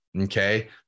okay